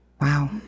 wow